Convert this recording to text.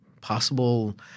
possible